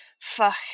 Fuck